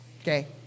okay